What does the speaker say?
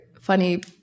funny